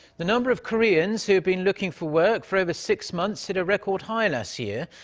the number of koreans who have been looking for work for over six months. hit a record high last year.